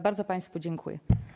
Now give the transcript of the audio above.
Bardzo państwu dziękuję.